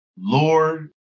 Lord